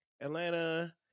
Atlanta